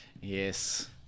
Yes